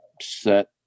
set